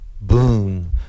boom